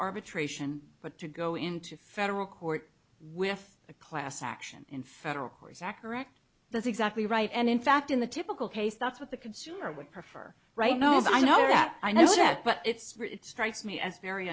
arbitration but to go into federal court with a class action in federal court zachariah that's exactly right and in fact in the typical case that's what the consumer would prefer right now i know that i know that but it's strikes me as very